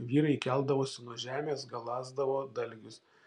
vyrai keldavosi nuo žemės galąsdavo dalgius